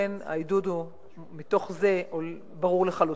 ולכן העידוד הוא מתוך זה, ברור לחלוטין.